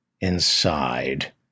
Inside